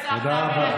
תודה רבה.